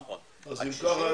אם כך,